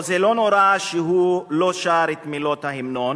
או זה לא נורא שהוא לא שר את מילות ההמנון.